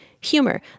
humor